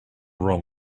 wrong